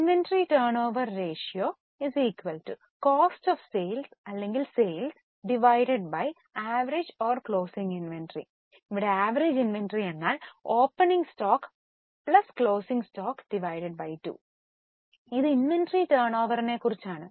inventory turn over ratio cost of sales sales average closing inventory ഇവിടെ average inventory opening stock closing stock 2 ഇത് inventory ടേൺഓവർനെ കുറിച്ചാണ്